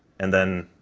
and then,